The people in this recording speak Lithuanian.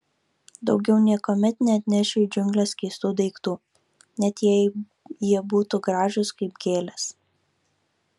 daugiau niekuomet neatnešiu į džiungles keistų daiktų net jei jie būtų gražūs kaip gėlės